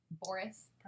Boris